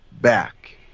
back